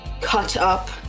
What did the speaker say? cut-up